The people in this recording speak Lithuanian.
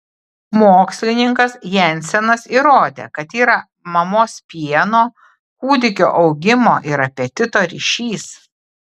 mokslininkas jensenas įrodė kad yra mamos pieno kūdikio augimo ir apetito ryšys